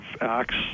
acts